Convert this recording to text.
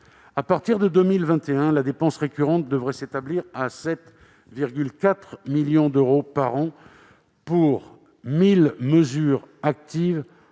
À partir de 2021, la dépense récurrente devrait s'établir à 7,4 millions d'euros par an pour 1 000 mesures actives,